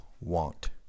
want